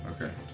okay